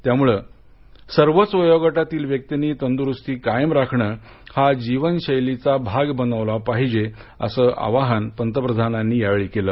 त्यामुळं सर्वच वयोगटातील व्यक्तिंनी तंदुरूस्ती कायम राखणे हा जीवनशैलीचा भाग बनवलं पाहिजे असं आवाहन पंतप्रधानांनी यावेळी केलं